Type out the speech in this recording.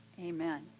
Amen